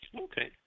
Okay